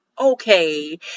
okay